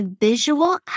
visual